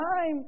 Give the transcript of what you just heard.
time